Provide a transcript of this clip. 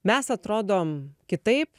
mes atrodom kitaip